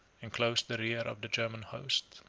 enclosed the rear of the german host.